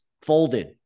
folded